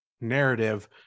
narrative